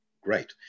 great